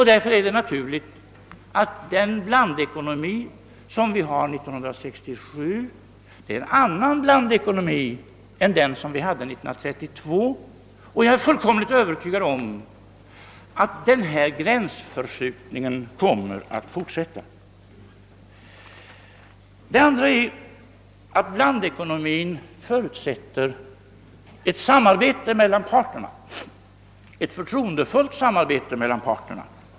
Därför är det också naturligt, att den blandekonomi som finns 1967 är en annan än den blandekonomi som existerade 1932. Jag är fullkomligt övertygad om att den här gränsförskjutningen kommer att fortsätta. Vidare förutsätter blandekonomin ett förtroendefullt samarbete mellan parterna.